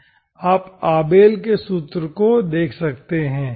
आप आबेल के सूत्र को देख सकते हैं